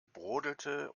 brodelte